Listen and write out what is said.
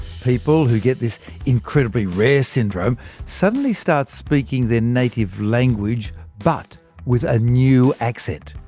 people who get this incredibly rare syndrome suddenly start speaking their native language but with a new accent.